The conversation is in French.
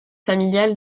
familiales